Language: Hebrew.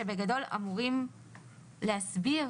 שבגדול אמורים להסביר.